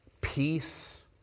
peace